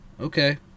Okay